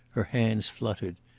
her hands fluttered.